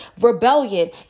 Rebellion